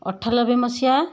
ଅଠାଲବେ ମସିହା